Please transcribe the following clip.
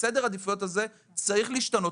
סדר העדיפויות הזה צריך להשתנות.